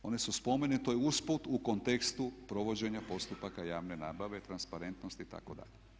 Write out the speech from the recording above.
One su spomenute usput u kontekstu provođenja postupaka javne nabave, transparentnosti itd.